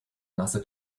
nasse